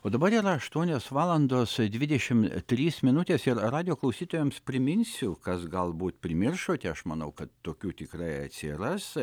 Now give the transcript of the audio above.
o dabar yra aštuonios valandos dvidešim trys minutės ir radijo klausytojams priminsiu kas galbūt primiršote aš manau kad tokių tikrai atsiras